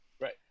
Right